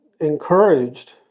encouraged